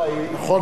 נכון מאוד.